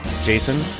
Jason